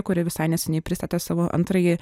kuri visai neseniai pristatė savo antrąjį